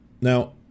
Now